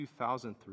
2003